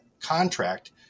contract